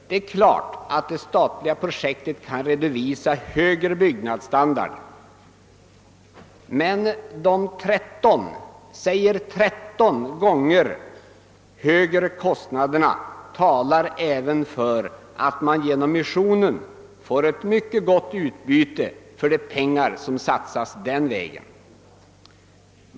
Det är klart att det statliga projektet kan redovisa högre standard, men de 13 gånger högre kostnaderna talar för att man genom missionen får ett mycket gott utbyte för de pengar som satsas den vägen.